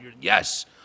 Yes